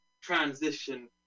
transition